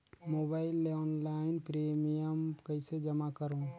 Mobile ले online premium कइसे जमा करों?